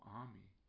army